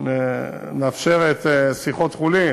שמאפשרת שיחות חולין,